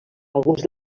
alguns